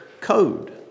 code